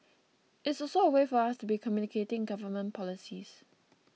it's also a way for us to be communicating government policies